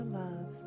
love